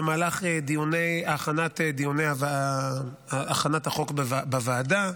במהלך דיוני הכנת החוק בוועדה,